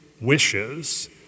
wishes